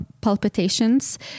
palpitations